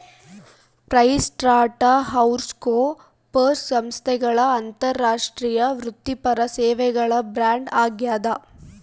PricewaterhouseCoopers ಸಂಸ್ಥೆಗಳ ಅಂತಾರಾಷ್ಟ್ರೀಯ ವೃತ್ತಿಪರ ಸೇವೆಗಳ ಬ್ರ್ಯಾಂಡ್ ಆಗ್ಯಾದ